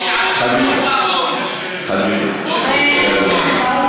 חאג' יחיא, תודה רבה.